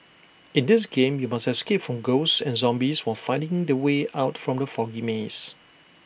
in this game you must escape from ghosts and zombies while finding the way out from the foggy maze